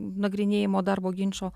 nagrinėjimo darbo ginčo